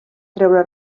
treure